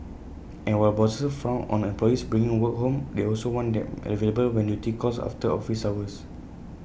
and while bosses frown on employees bringing work home they also want them available when duty calls after office hours